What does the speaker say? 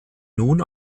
nun